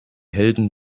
helden